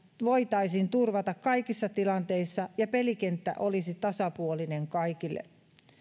voitaisiin turvata kaikissa tilanteissa ja pelikenttä olisi tasapuolinen kaikille